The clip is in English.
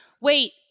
Wait